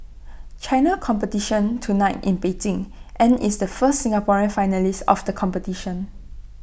China competition tonight in Beijing and is the first Singaporean finalist of the competition